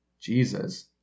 Jesus